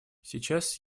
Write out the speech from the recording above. сейчас